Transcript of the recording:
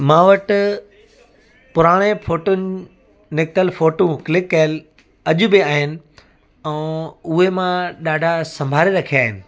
मां वटि पुराणे फ़ोटुनि निकितलु फ़ोटूं क्लिक कयलु अॼु बि आहिनि ऐं उहे मां ॾाढा संभाले रखिया आहिनि